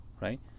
right